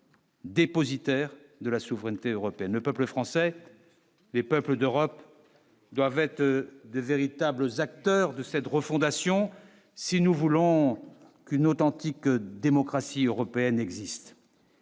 dépositaire de la souveraineté européenne au peuple français. Les peuples d'Europe doivent être de véritables acteurs de cette refondation, si nous voulons qu'une authentique démocratie européenne existe.